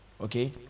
Okay